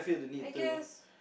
I guess